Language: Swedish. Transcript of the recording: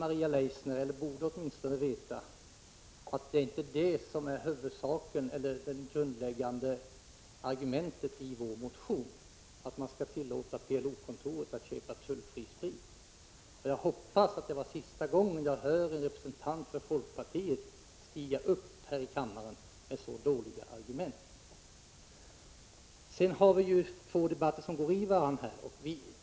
Maria Leissner borde veta att det inte är något grundläggande argument i vår motion att man skall tillåta PLO-kontoret att köpa tullfri sprit. Jag hoppas att det var sista gången jag behövde höra en representant för folkpartiet stiga upp här i kammaren och anföra så dåliga argument. Det är ju två debatter som så att säga går i varandra här.